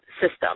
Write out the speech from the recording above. system